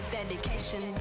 dedication